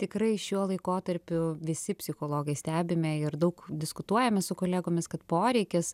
tikrai šiuo laikotarpiu visi psichologai stebime ir daug diskutuojame su kolegomis kad poreikis